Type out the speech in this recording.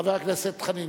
חבר הכנסת דב חנין,